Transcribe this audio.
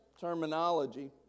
terminology